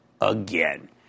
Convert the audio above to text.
again